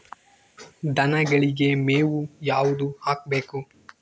ದನಗಳಿಗೆ ಮೇವು ಯಾವುದು ಹಾಕ್ಬೇಕು?